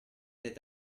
that